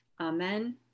Amen